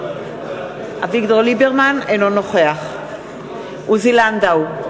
אינו נוכח עוזי לנדאו,